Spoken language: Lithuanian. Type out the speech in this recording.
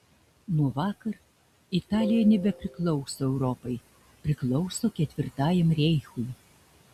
nuo vakar italija nebepriklauso europai priklauso ketvirtajam reichui